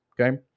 Okay